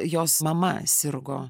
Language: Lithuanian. jos mama sirgo